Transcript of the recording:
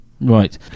Right